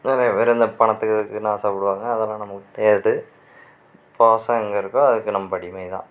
அதானே இந்த வேற எந்த பணத்துக்கு இதுக்குனு ஆசைப்படுவாங்க அதெல்லாம் நமக்கு கிடையாது பாசம் எங்கே இருக்கோ அதுக்கு நம்ம அடிமை தான்